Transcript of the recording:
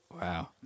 Wow